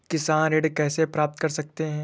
किसान ऋण कैसे प्राप्त कर सकते हैं?